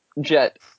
jet